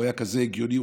הוא היה כזה הגיוני,